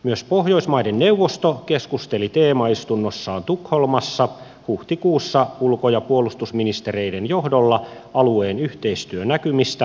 myös pohjoismaiden neuvosto keskusteli teemaistunnossaan tukholmassa huhtikuussa ulko ja puolustusministereiden johdolla alueen yhteistyönäkymistä tällä saralla